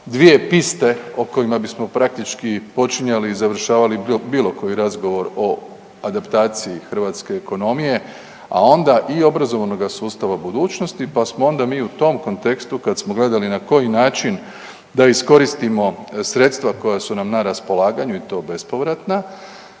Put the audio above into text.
dvije piste o kojima bismo praktički počinjali i završavali bilo koji razgovor o adaptaciji hrvatske ekonomije, a onda i obrazovanoga sustava budućnosti, pa smo onda mi u tom kontekstu kad smo gledali na koji način da iskoristimo sredstva koja su nam na raspolaganju i to bespovratna